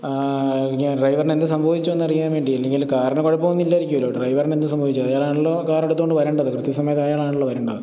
ഇനി ഡ്രൈവറിനെന്താണ് സംഭവിച്ചതെന്നറിയാൻ വേണ്ടിയായിരുന്നു ഇല്ലെങ്കില് കാറിന് കുഴപ്പമൊന്നും ഇല്ലായിരിക്കുമല്ലോ ഡ്രൈവറിനെന്ത് സംഭവിച്ചു അയാളാണല്ലോ കാറെടുത്തുകൊണ്ട് വരേണ്ടത് കൃത്യസമയത്തയാളാണല്ലോ വരേണ്ടത്